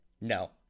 no